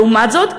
לעומת זאת,